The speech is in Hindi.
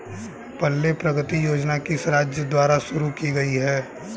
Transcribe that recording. पल्ले प्रगति योजना किस राज्य द्वारा शुरू की गई है?